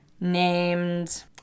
named